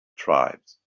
tribes